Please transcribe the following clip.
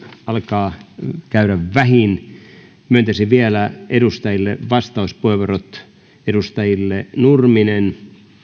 alkaa käydä vähiin myöntäisin vielä vastauspuheenvuorot edustajille nurminen